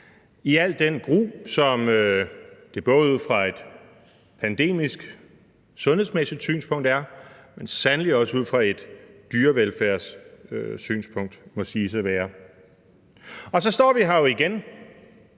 i al den gru, som det både ud fra et pandemisk, sundhedsmæssigt synspunkt er, men som det sandelig også ud fra et dyrevelfærdssynspunkt må siges at være. Så står vi jo her igen.